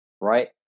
Right